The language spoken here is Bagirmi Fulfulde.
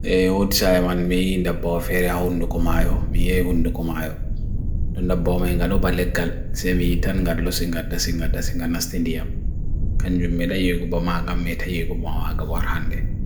E utshay man me indabbaw fere hundu kumayo, me ye hundu kumayo. Dundabbaw me ngalo baligal, se me itan galo singata singata singa nastindiyam. Kanju me da yugbama aga metha yugbama aga warhande.